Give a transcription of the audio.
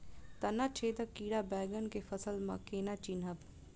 तना छेदक कीड़ा बैंगन केँ फसल म केना चिनहब?